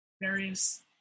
various